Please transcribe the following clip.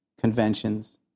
conventions